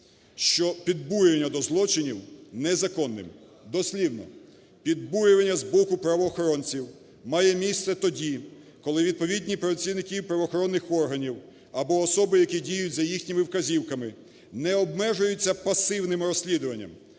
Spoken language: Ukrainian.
що підбурення до злочинів незаконне. Дослівно, підбурювання з боку правоохоронців має місце тоді, коли відповідні працівники правоохоронних органів або особи, які діють за їхніми вказівками, не обмежуються пасивним розслідуванням,